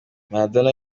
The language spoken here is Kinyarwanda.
maradona